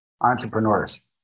entrepreneurs